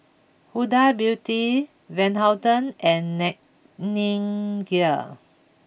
Huda Beauty Van Houten and Nightingale